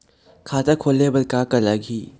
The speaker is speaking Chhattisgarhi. खाता खोले बर का का लगही?